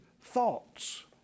thoughts